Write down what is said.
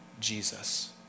Jesus